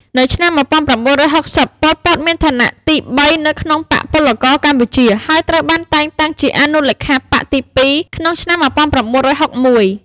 នៅឆ្នាំ១៩៦០ ប៉ុល ពត មានឋានៈទីបីនៅក្នុងបក្សពលករកម្ពុជា ហើយត្រូវបានតែងតាំងជាអនុលេខាបក្សទីពីរក្នុងឆ្នាំ១៩៦១។